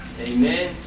Amen